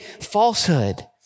falsehood